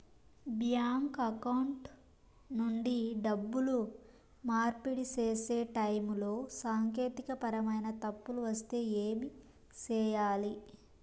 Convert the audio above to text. bank account నుండి డబ్బులు మార్పిడి సేసే టైములో సాంకేతికపరమైన తప్పులు వస్తే ఏమి సేయాలి